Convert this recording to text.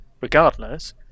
regardless